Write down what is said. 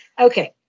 Okay